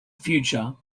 future